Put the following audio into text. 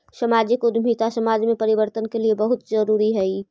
सामाजिक उद्यमिता समाज में परिवर्तन के लिए बहुत जरूरी हई